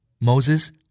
Moses